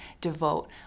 devote